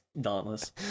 dauntless